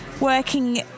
working